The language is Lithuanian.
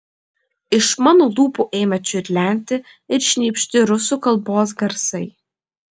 iš mano lūpų ėmė čiurlenti ir šnypšti rusų kalbos garsai